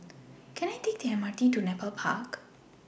Can I Take The MRT to Nepal Park